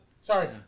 Sorry